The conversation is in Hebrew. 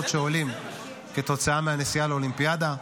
שעולים כתוצאה מהנסיעה לאולימפיאדה.